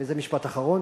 וזה משפט אחרון,